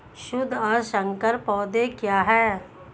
शुद्ध और संकर पौधे क्या हैं?